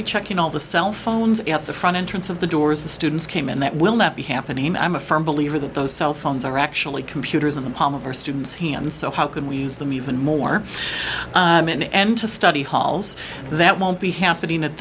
be checking all the cell phones at the front entrance of the doors the students came in that will not be happening i'm a firm believer that those cell phones are actually computers in the palm of our students hands so how can we use them even more and to study halls that won't be happening at